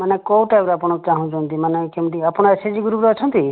ମାନେ କେଉଁ ଟାଇପର ଆପଣ ଚାଁହୁଛନ୍ତି ମାନେ କେମିତି ଆପଣ ଏସଏଚଜି ଗୃପରେ ଅଛନ୍ତି